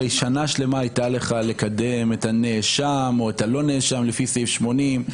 הרי שנה שלמה הייתה לך לקדם את הנאשם או את הלא נאשם לפי סעיף 80,